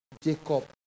Jacob